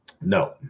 No